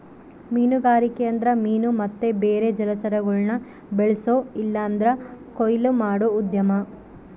ಮೀನುಗಾರಿಕೆ ಅಂದ್ರ ಮೀನು ಮತ್ತೆ ಬೇರೆ ಜಲಚರಗುಳ್ನ ಬೆಳ್ಸೋ ಇಲ್ಲಂದ್ರ ಕೊಯ್ಲು ಮಾಡೋ ಉದ್ಯಮ